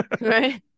right